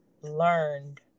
learned